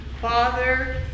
Father